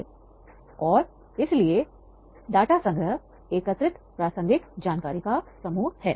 case के बारे में कहां और क्या लिख रहे है और इसलिए डाटा संग्रह के लिए एकत्रित प्रासंगिक जानकारी को एकत्र किया जाना है